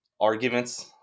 Arguments